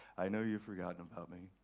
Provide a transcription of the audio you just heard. i know you've forgotten about me.